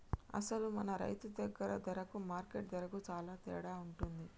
అసలు మన రైతు దగ్గర ధరకు మార్కెట్ ధరకు సాలా తేడా ఉంటుంది